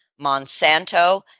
Monsanto